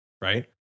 right